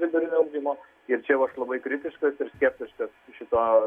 vidurinio ugdymo ir čia jau aš labai kritiškas ir skeptiškas šito